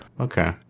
Okay